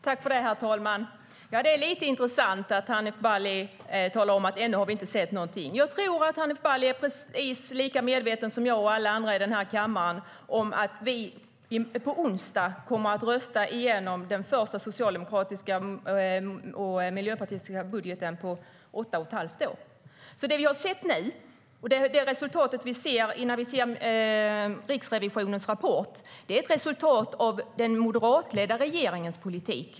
Herr talman! Det är lite intressant att Hanif Bali talar om att vi ännu inte har sett någonting. Jag tror att Hanif Bali är precis lika medveten som jag och alla andra i den här kammaren om att vi på onsdag kommer att rösta igenom den första socialdemokratiska och miljöpartistiska budgeten på åtta och ett halvt år. Det vi har sett nu och det resultat vi ser när vi ser Riksrevisionens rapport är ett resultat av den moderatledda regeringens politik.